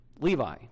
Levi